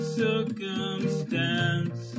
circumstance